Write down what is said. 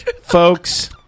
Folks